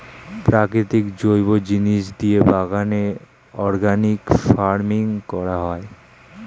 প্রাকৃতিক জৈব জিনিস দিয়ে বাগানে অর্গানিক ফার্মিং করা হয়